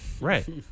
right